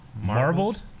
Marbled